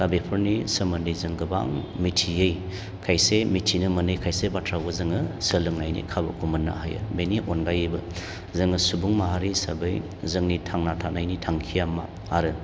दा बेफोरनि सोमोन्दै जों गोबां मिथियै खायसे मिथिनो मोनै खायसे बाथ्राखौ जोङो सोलोंनायनि खाबुखौ मोननो हायो बेनि अनगायैबो जोङो सुबुं माहारि हिसाबै जोंनि थांनानै थानो थाखाय थांखिया मा आरो